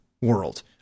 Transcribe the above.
world